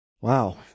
Wow